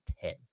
ten